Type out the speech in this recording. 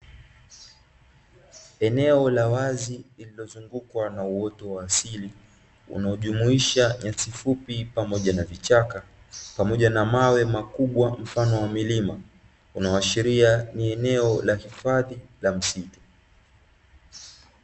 Eneo la wazi lililozungukwa na uoto wa asili, unaojumuisha nyasi fupi pamoja na vichaka pamoja na mawe makubwa mfano wa milima, unaoashiria ni eneo la hifadhi ya msitu.